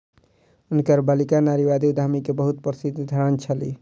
हुनकर बालिका नारीवादी उद्यमी के बहुत प्रसिद्ध उदाहरण छली